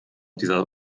dieser